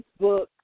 Facebook